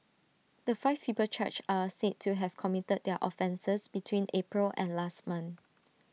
the five people charged are said to have committed their offences between April and last month